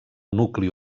nucli